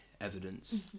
evidence